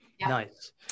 Nice